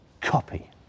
copy